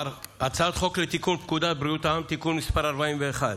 הצעת חוק לתיקון פקודת בריאות העם (מס' 41)